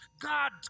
God